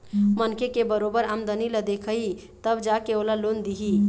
मनखे के बरोबर आमदनी ल देखही तब जा के ओला लोन दिही